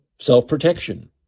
self-protection